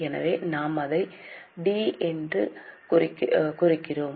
எனவே நாம் அதை டி என்று குறிக்கிறோம்